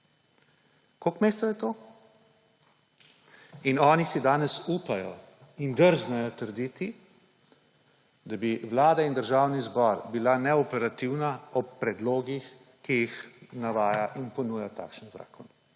Koliko mesecev je to? In oni si danes upajo in drznejo trditi, da bi Vlada in Državni zbor bila neoperativna ob predlogih, ki jih navaja in ponuja takšen zakon,